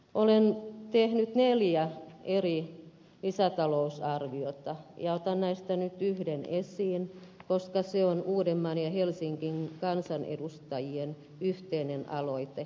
olen tehnyt neljä eri lisätalousarvioaloitetta ja otan näistä nyt yhden esiin koska se on uudenmaan ja helsingin kansanedustajien yhteinen aloite